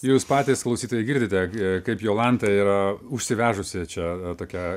jūs patys klausytojai girdite kai kaip jolanta yra užsivežusi čia tokia